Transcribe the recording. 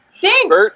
Thanks